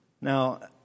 Now